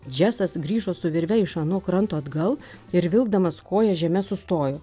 džesas grįžo su virve iš ano kranto atgal ir vilkdamas kojas žeme sustojo